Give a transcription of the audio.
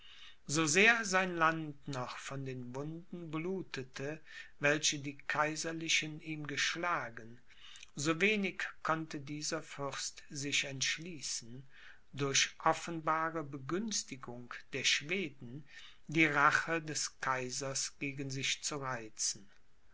so sehr sein land noch von den wunden blutete welche die kaiserlichen ihm geschlagen so wenig konnte dieser fürst sich entschließen durch offenbare begünstigung der schweden die rache des kaisers gegen sich zu reizen